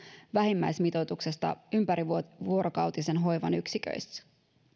vähimmäismitoituksesta ympärivuorokautisen hoivan yksiköissä